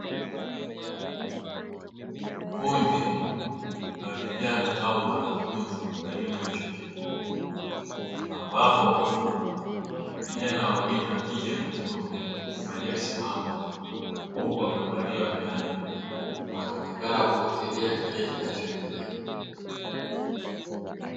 Kundi la vijana au wanafunzi wa elimu ya chuo kikuu ambapo vijana wawili (wa kike na wa kiume) waliosimama huku wamevalia miwani, wanaonekana kufuatilia kile kinachoendelea.